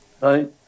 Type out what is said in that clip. Right